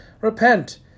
repent